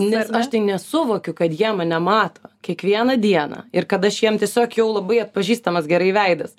nes aš tai nesuvokiu kad jie mane mato kiekvieną dieną ir kad aš jiem tiesiog jau labai atpažįstamas gerai veidas